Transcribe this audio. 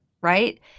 right